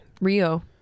Rio